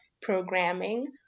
programming